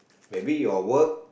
maybe your work